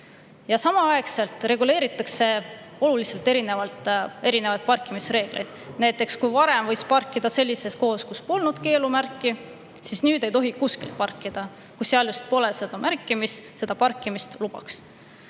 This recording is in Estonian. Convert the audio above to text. pärast. Samaaegselt reguleeritakse oluliselt erinevaid parkimisreegleid. Näiteks, varem võis parkida sellises kohas, kus polnud keelumärki, aga nüüd ei tohi kuskil parkida, kui seal just pole märki, mis parkimist lubaks.